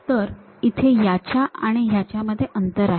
तर इथे याच्या आणि याच्या मध्ये अंतर आहे